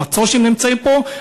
במצור שהם נמצאים בו,